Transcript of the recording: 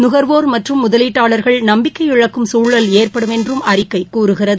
நுகர்வோர் மற்றும் முதலீட்டாளர்கள் நம்பிக்கை இழக்கும் சூழல் ஏற்படும் என்றும் அறிக்கை கூறுகிறது